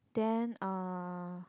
then uh